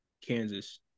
Kansas